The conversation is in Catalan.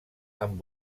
amb